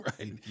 Right